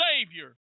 Savior